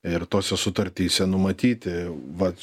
ir tose sutartyse numatyti vat